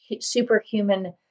superhuman